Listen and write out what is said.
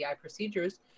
procedures